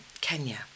Kenya